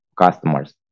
customers